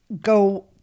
go